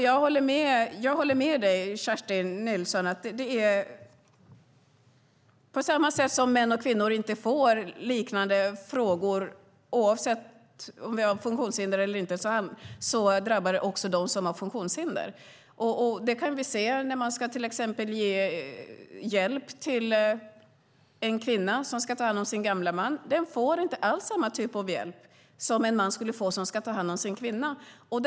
Jag håller med dig, Kerstin Nilsson, om att på samma sätt som män och kvinnor utan funktionshinder inte får liknande frågor drabbar det också dem som har funktionshinder. Det kan man se när man till exempel ska ge hjälp till en kvinna som ska ta hand om sin gamle man. Hon får inte alls samma typ av hjälp som en man som ska ta hand om sin kvinna får.